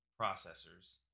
processors